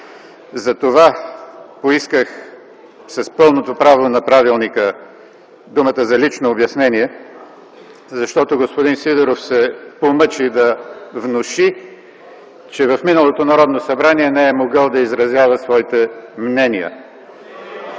Затова поисках с пълното право, дадено ми от правилника, думата за лично обяснение. Защото господин Сидеров се помъчи да внуши, че в миналото Народно събрание не е могъл да изразява своите мнения.